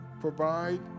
provide